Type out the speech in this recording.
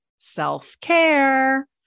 Self-care